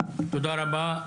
תודה רבה.